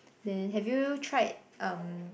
then have you tried um